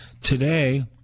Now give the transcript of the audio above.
today